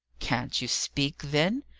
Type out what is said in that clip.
can't you speak, then?